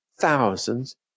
thousands